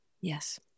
Yes